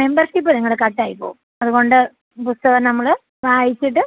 membership നിങ്ങളുടെ കട്ടായിപ്പോവും അതുകൊണ്ട് പുസ്തകം നമ്മൾ വായിച്ചിട്ട്